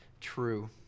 true